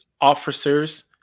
officers